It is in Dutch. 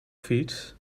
fiets